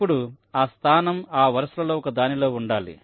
ఇప్పుడు ఆ స్థానం ఆ వరుసలలో ఒక దానిలో ఉండాలి